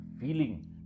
feeling